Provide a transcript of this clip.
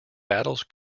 battles